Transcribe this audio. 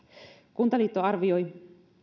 kuntaliitto arvioi